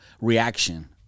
reaction